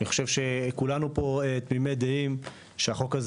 אני חושב שכולנו פה תמימי דעים שהחוק הזה